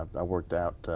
i worked out.